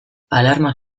alarma